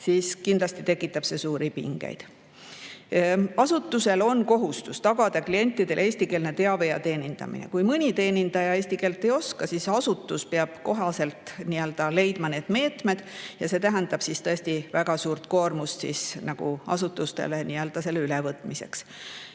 siis kindlasti tekitab see suuri pingeid. Asutusel on kohustus tagada klientidele eestikeelne teave ja teenindamine. Kui mõni teenindaja eesti keelt ei oska, siis peab asutus leidma need meetmed ja see tähendab siis tõesti väga suurt koormust asutustele nii-öelda selle ülevõtmiseks.